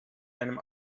einem